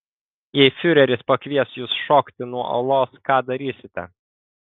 jei fiureris pakvies jus šokti nuo uolos ką darysite